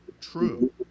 true